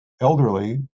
elderly